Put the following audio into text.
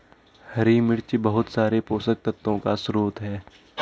हरी मिर्च बहुत सारे पोषक तत्वों का स्रोत है